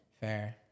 Fair